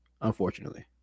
unfortunately